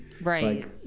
Right